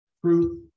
truth